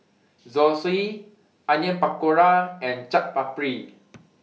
Zosui Onion Pakora and Chaat Papri